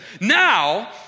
now